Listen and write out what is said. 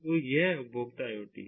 तो यह उपभोक्ता IoT है